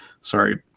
Sorry